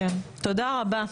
תודה רבה.